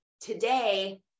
today